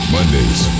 Mondays